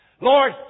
Lord